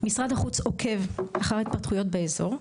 משרד החוץ עוקב אחר ההתפתחויות באזור,